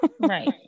Right